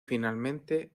finalmente